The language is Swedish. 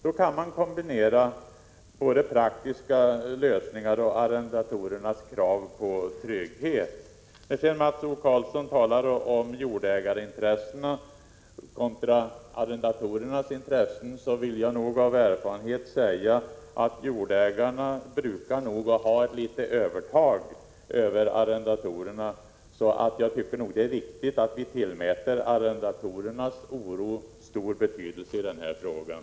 Då kan man kombinera både praktiska lösningar och arrendatorernas krav på trygghet. När Mats O Karlsson talar om jordägarintressena kontra arrendatorernas intressen vill jag säga att erfarenheten visar att jordägarna brukar ha ett övertag över arrendatorerna. Därför är det viktigt att vi tillmäter arrendatorernas oro stor betydelse i den här frågan.